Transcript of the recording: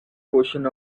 portion